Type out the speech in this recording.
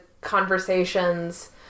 conversations